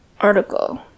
article